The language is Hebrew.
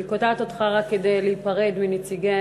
אני קוטעת אותך רק כדי להיפרד מנציגי